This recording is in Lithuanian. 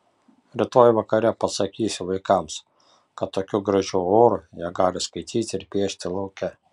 rytoj vakare pasakysiu vaikams kad tokiu gražiu oru jie gali skaityti ir piešti lauke